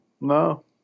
No